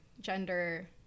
gender